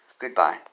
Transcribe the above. Goodbye